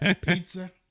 Pizza